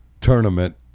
tournament